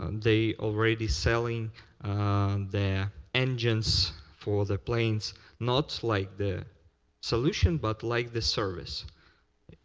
um they already selling their engines for their planes not like the solution, but like the service.